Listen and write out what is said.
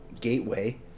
Gateway